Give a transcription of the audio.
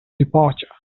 departure